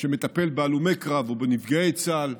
שמטפל בהלומי קרב או בנפגעי צה"ל,